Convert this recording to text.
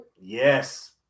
Yes